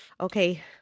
Okay